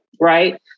right